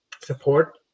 support